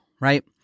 right